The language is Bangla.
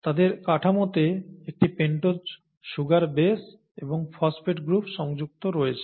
তাদের কাঠামোতে একটি পেন্টোজ সুগার বেশ এবং ফসফেট গ্রুপ সংযুক্ত রয়েছে